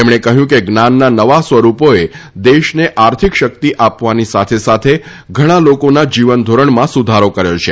તેમણે કહ્યું કે જ્ઞાનના નવા સ્વરૂપોએ દેશને આર્થિક શક્તિ આપવાની સાથે સાથે ઘણા લોકોના જીવનધોરણમાં સુધારો કર્યો છે